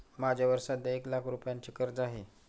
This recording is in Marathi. माझ्यावर सध्या एक लाख रुपयांचे कर्ज आहे